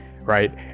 right